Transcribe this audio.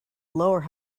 lower